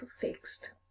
fixed